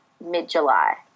mid-July